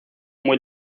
muy